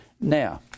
Now